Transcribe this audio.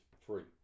free